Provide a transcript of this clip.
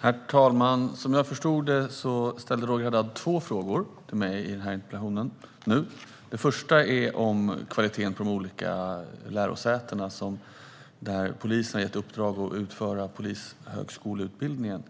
Herr talman! Roger Haddad ställde två frågor till mig. Den första handlar om kvaliteten på de olika lärosäten som polisen har gett i uppdrag att bedriva polishögskoleutbildning.